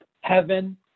heaven